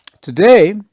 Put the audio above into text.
today